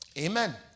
Amen